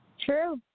True